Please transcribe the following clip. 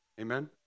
Amen